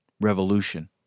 Revolution